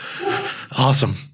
Awesome